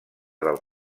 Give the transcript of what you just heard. del